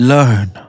Learn